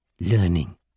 learning